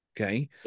okay